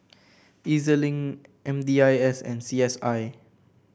E Z Link M D I S and C S I